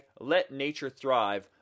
LetNatureThrive